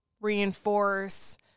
reinforce